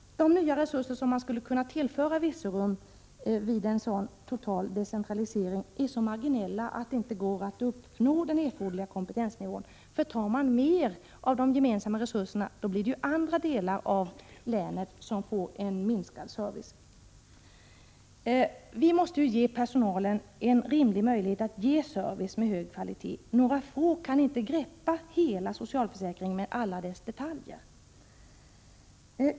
De nya resurser som man skulle kunna tillföra Virserum vid en total decentralisering av detta slag är så marginella att det inte går att uppnå den erforderliga kompetensnivån. Om man tar mer av de gemensamma resurserna får ju andra delar av länet mindre service. Vi måste ge personalen en rimlig möjlighet att lämna service med hög kvalitet. Några få kan inte greppa hela socialförsäkringen med alla dess detaljer.